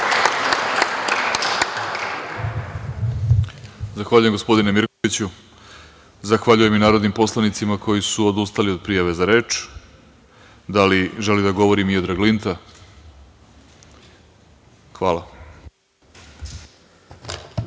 Zahvaljujem, gospodine Mirkoviću. Zahvaljujem i narodnim poslanicima koji su odustali od prijave za reč. Da li želi da govori Miodrag Linta?(Miodrag